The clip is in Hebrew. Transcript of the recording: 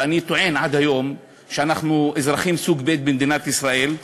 ואני טוען עד היום שאנחנו אזרחים סוג ב' במדינת ישראל.